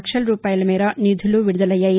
లక్షల రూపాయల మేర నిధులు విడుదలయ్యాయి